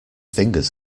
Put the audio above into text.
fingers